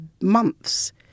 months